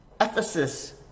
Ephesus